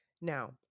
Now